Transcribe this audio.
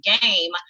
game